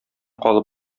калып